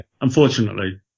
unfortunately